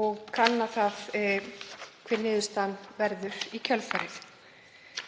og kanna hver niðurstaðan verður í kjölfarið.